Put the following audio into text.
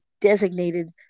designated